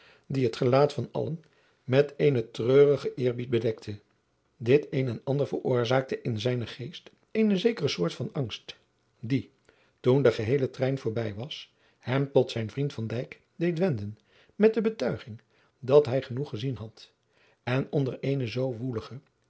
die het gelaat van allen met eenen treurigen eerbied bedekte dit een en ander veroorzaakte in zijnen geest eene zekere soort van angst die toen de geheele trein voorbij was hem tot zijn vriend van dijk deed wenden met de betuiging dat hij genoeg gezien had en onder eene zoo woelige